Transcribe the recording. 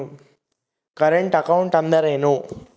Current account ಅಂದರೇನು?